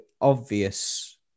obvious